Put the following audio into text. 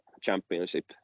championship